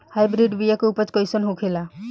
Hybrid बीया के उपज कैसन होखे ला?